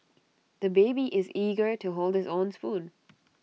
the baby is eager to hold his own spoon